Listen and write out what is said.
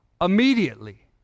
immediately